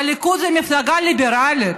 הליכוד היא מפלגה ליברלית,